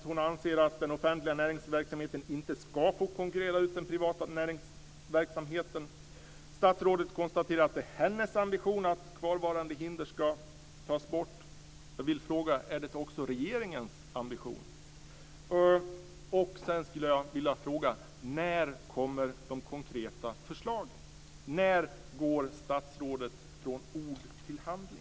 Hon anser att den offentliga näringsverksamheten inte ska få konkurrera ut den privata näringsverksamheten. Statsrådet konstaterar att det är hennes ambition att kvarvarande hinder ska tas bort. Jag vill fråga om det också är regeringens ambition. Sedan skulle jag vilja fråga när de konkreta förslagen kommer. När går statsrådet från ord till handling?